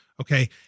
Okay